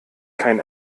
kein